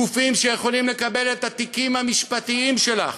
גופים שיכולים לקבל את התיקים המשפטיים שלך.